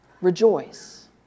Rejoice